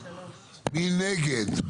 מי נגד?